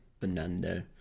Fernando